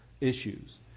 issues